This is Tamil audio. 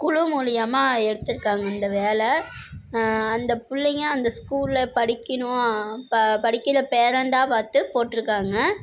குழு மூலியமாக எடுத்திருக்காங்க இந்த வேலை அந்த பிள்ளைங்க அந்த ஸ்கூல்ல படிக்கணும் ப படிக்கிற பேரண்ட்டாக பார்த்து போட்டிருக்காங்க